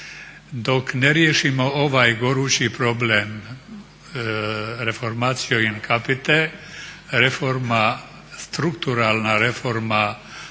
Dok ne riješimo ovaj gorući problem reforma in capite reforma, strukturalna reforma